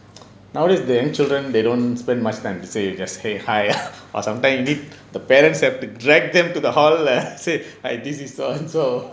nowadays the grandchildren they don't spend much time they just !hey! hi or sometime need the parents have to drag them to the hall and say hi this is so and so